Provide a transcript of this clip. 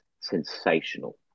sensational